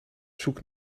zoek